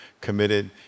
committed